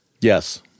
Yes